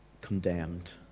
condemned